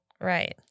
Right